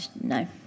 no